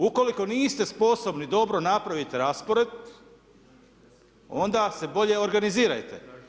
Ukoliko niste sposobni dobro napraviti raspored, onda se bolje organizirajte.